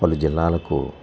వాళ్ళ జిల్లాలకు